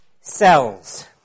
cells